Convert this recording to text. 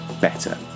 better